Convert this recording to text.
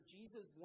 Jesus